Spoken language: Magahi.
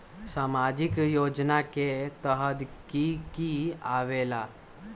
समाजिक योजना के तहद कि की आवे ला?